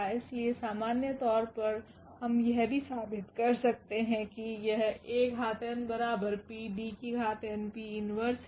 इसलिए सामान्य तौर पर हम यह भी साबित कर सकते हैं कि यह An𝑃𝐷𝑛𝑃 1 है